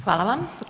Hvala vam.